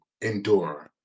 endure